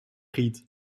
giet